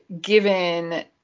given